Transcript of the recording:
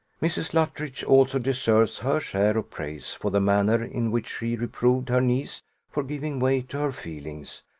mrs. luttridge also deserves her share of praise for the manner in which she reproved her niece for giving way to her feelings,